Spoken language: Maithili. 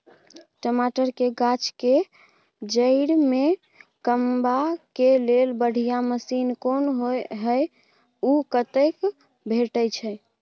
टमाटर के गाछ के जईर में कमबा के लेल बढ़िया मसीन कोन होय है उ कतय भेटय छै?